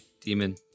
demon